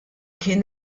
kien